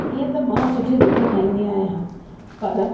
ईअं त मां सुठी रोटी ठाहींदी आहियां पर